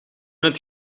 het